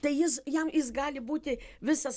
tai jis jam jis gali būti visas